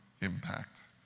impact